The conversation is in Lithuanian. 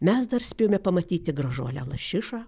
mes dar spėjome pamatyti gražuolę lašišą